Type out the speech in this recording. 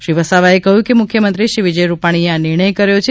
શ્રી વસાવાએ કહ્યું કે મુખ્યમંત્રીશ્રી વિજય રૂપાણીએ આ નિર્ણય કર્યો છે